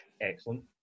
excellent